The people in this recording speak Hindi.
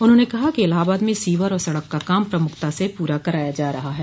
उन्होंने कहा कि इलाहाबाद में सीवर और सड़क का काम प्रमुखता से पूरा कराया जा रहा है